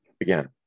again